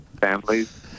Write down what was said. families